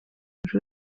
buri